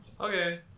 Okay